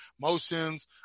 motions